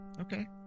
Okay